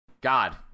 God